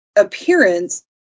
appearance